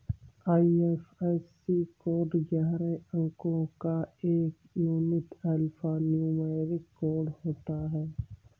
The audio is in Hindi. आई.एफ.एस.सी कोड ग्यारह अंको का एक यूनिक अल्फान्यूमैरिक कोड होता है